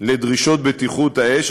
לדרישות בטיחות האש,